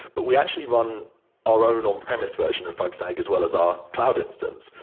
but we actually run our own on-premise version of bugsnag as well as our cloud instance,